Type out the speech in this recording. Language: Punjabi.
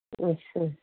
ਅੱਛਾ ਜੀ